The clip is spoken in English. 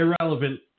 irrelevant